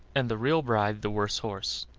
and the real bride the worse horse,